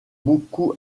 beaucoup